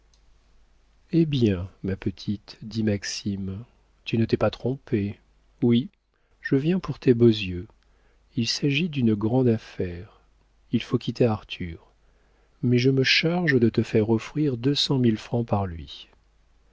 eh bien ma petite dit maxime tu ne t'es pas trompée oui je viens pour tes beaux yeux il s'agit d'une grande affaire il faut quitter arthur mais je me charge de te faire offrir deux cent mille francs par lui